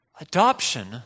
Adoption